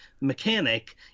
mechanic